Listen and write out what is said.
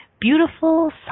Beautiful